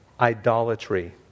idolatry